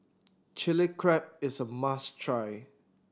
Chilli Crab is a must try